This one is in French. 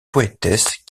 poétesse